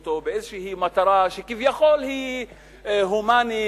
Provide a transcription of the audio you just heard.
אותו באיזו מטרה שכביכול היא הומנית,